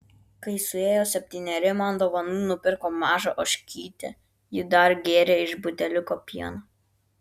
kai suėjo septyneri man dovanų nupirko mažą ožkytę ji dar gėrė iš buteliuko pieną